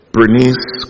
Bernice